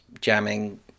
jamming